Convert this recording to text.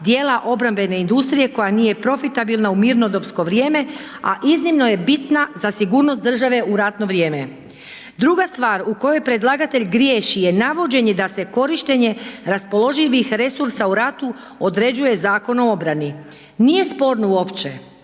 dijela obrambene industrije koja nije profitabilna u mirnodopsko vrijeme, a iznimno je bitna za sigurnost države u ratno vrijeme. Druga stvar u kojoj predlagatelj griješi je navođenje da se korištenje raspoloživih resursa u ratu određuje Zakonom o obrani, nije sporno uopće